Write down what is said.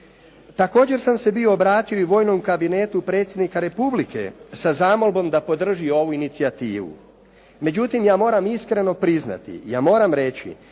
Također sam se bio obratio i vojnom kabinetu Predsjednika Republike sa zamolbom da podrži ovu inicijativu. Međutim, ja moram iskreno priznati, ja moram reći